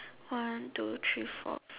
one two three four